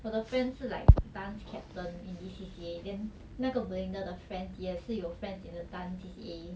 我的 friend 是 like dance captain in this C_C_A then 那个 belinda 的 friends 也是有 friends in the dance C_C_A